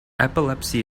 epilepsy